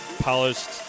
polished